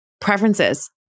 preferences